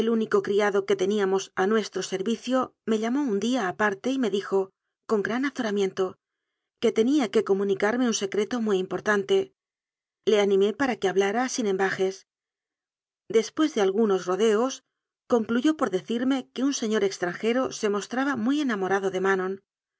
único criado que teníamos a nuestro servicio me llamó un día aparte y me dijo con gran azoramiento que tenía que comunicarme un secreto muy importante le animé para que hablara sin ambages después de algunos rodeos concluyó por decirme que un señor extranjero se mostraba muy enamorado de manon